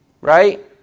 right